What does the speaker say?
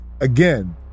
Again